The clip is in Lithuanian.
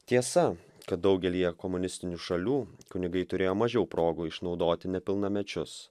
tiesa kad daugelyje komunistinių šalių kunigai turėjo mažiau progų išnaudoti nepilnamečius